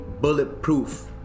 bulletproof